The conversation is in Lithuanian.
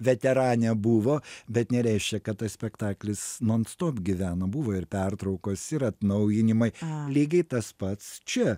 veteranė buvo bet nereiškia kad tas spektaklis non stop gyvena buvo ir pertraukos ir atnaujinimai lygiai tas pats čia